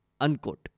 Unquote